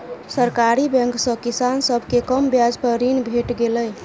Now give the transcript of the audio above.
सरकारी बैंक सॅ किसान सभ के कम ब्याज पर ऋण भेट गेलै